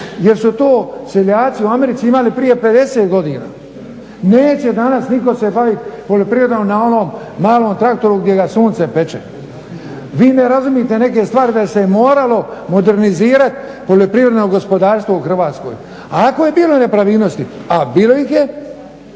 jer su to seljaci u Americi imali prije 50 godina. Neće danas nitko se bavit poljoprivredom na onom malom traktoru gdje ga sunce peče. Vi ne razumite neke stvari da se moralo modernizirat poljoprivredno gospodarstvo u Hrvatskoj. A ako je bilo nepravilnosti, a bilo ih je,